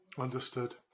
Understood